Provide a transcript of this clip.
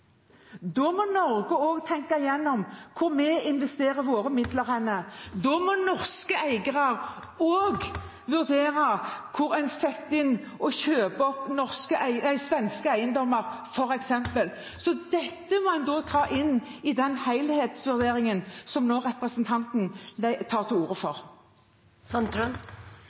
Da må Norge tenke gjennom hvor vi investerer våre midler, og da må norske eiere også vurdere hvor en setter inn og kjøper opp f.eks. svenske eiendommer. Dette må en ta inn i den helhetsvurderingen som representanten nå tar til